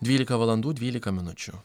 dvylika valandų dvylika minučių